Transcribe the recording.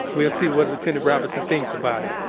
we'll see what lieutenant robinson thinks about it.